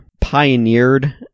pioneered